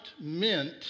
meant